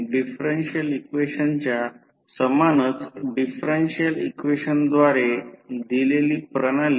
हे आऊटपुट त्याच वेळी दिसत असल्यास त्याच वेळी I22 RL बनवले कारण ही एक भार शक्ती आहे